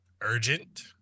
urgent